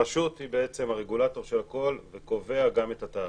הרשות היא הרגולטור של הכול וקובעת גם את התעריף.